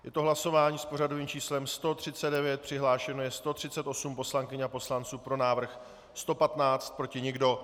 Je to hlasování s pořadovým číslem 139, přihlášeno je 138 poslankyň a poslanců, pro návrh 115, proti nikdo.